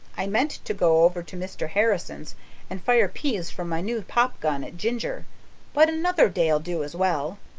i meant to go over to mr. harrison's and fire peas from my new popgun at ginger but another day'll do as well.